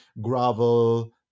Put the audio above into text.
gravel